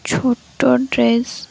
ଛୋଟ ଡ୍ରେସ୍